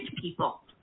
people